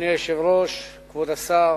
אדוני היושב-ראש, כבוד השר,